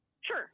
Sure